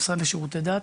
המשרד לשירותי דת,